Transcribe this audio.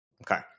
Okay